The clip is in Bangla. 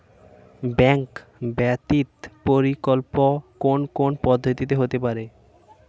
ব্যাংক ব্যতীত বিকল্প কোন কোন পদ্ধতিতে হতে পারে?